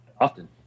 Often